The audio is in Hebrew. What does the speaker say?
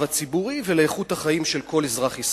הציבורי ולאיכות החיים של כל אזרח ישראלי.